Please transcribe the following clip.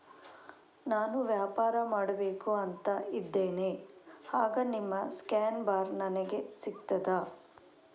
ನಾನು ವ್ಯಾಪಾರ ಮಾಡಬೇಕು ಅಂತ ಇದ್ದೇನೆ, ಆಗ ನಿಮ್ಮ ಸ್ಕ್ಯಾನ್ ಬಾರ್ ನನಗೆ ಸಿಗ್ತದಾ?